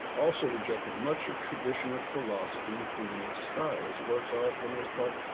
also rejected much of traditional philosophy, including its style. his works are, for the most part,